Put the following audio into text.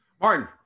Martin